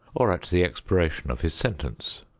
or at the expiration of his sentence.